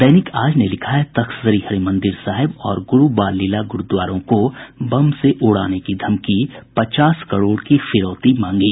दैनिक आज ने लिखा है तख्तश्री हरिमंदिर साहेब और गुरू बाल लीला गुरूद्वारों को बम से उड़ाने की धमकी पचास करोड़ की फिरौती मांगी